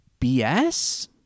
bs